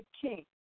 king